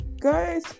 guys